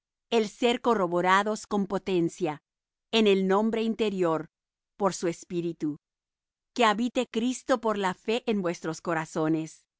el ser corroborados con potencia en el hombre interior por su espíritu que habite cristo por la fe en vuestros corazones